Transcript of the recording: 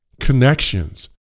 connections